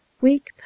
Weak